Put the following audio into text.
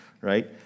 right